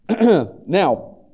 Now